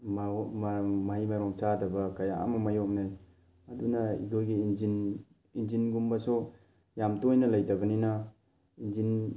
ꯃꯍꯩ ꯃꯔꯣꯡ ꯆꯥꯗꯕ ꯀꯌꯥ ꯑꯃ ꯃꯥꯌꯣꯛꯅꯩ ꯑꯗꯨꯅ ꯑꯩꯈꯣꯏꯒꯤ ꯏꯟꯖꯤꯟ ꯏꯟꯖꯤꯟꯒꯨꯝꯕꯁꯨ ꯌꯥꯝ ꯇꯣꯏꯅ ꯂꯩꯇꯕꯅꯤꯅ ꯏꯟꯖꯤꯟ